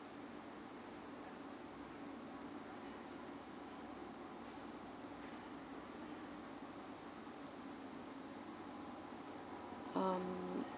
um